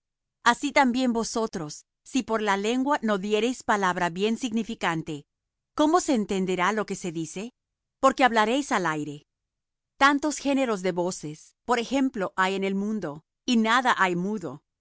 así también vosotros si por la lengua no diereis palabra bien significante cómo se entenderá lo que se dice porque hablaréis al aire tantos géneros de voces por ejemplo hay en el mundo y nada hay mudo